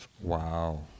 Wow